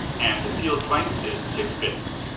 and the field's length is six bits.